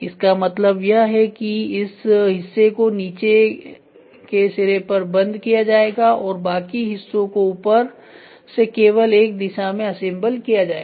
इसका मतलब यह है कि इस हिस्से को नीचे के सिरे पर बंद किया जाएगा और बाकी हिस्सों को ऊपर से केवल एक दिशा में असेंबल किया जाएगा